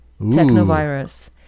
Technovirus